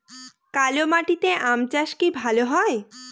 কালো মাটিতে আম চাষ কি ভালো হয়?